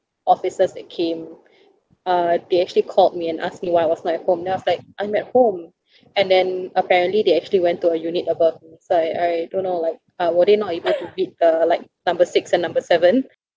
officers that came uh they actually called me and asked me why was I not at home then I was like I'm at home and then apparently they actually went to a unit above so I I don't like uh were they not able to read uh like number six and number seven